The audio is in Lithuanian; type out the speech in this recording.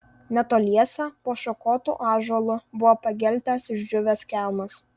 netoliese po šakotu ąžuolu buvo pageltęs išdžiūvęs kelmas